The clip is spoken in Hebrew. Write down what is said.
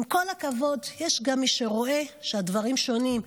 עם כל הכבוד, יש גם מי שרואה שהדברים שונים.